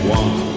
one